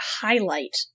highlight